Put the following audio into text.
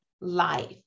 life